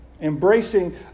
embracing